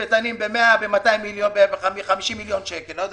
אני אומר